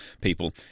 people